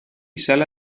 sala